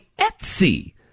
Etsy